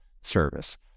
service